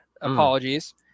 apologies